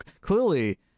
clearly